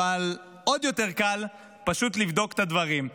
אבל עוד יותר קל פשוט לבדוק את הדברים.